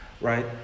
right